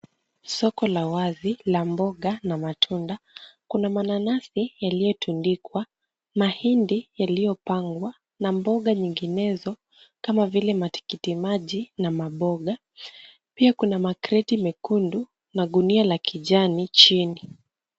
Soko la wazi la mboga na matunda .Kuna mananasi yaliyotundikwa, mahindi yaliyopangwa na mboga nyinginezo kama vile matikitimaji na maboga. Pia kuna makreti mekundu na gunia la kijani chini.